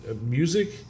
music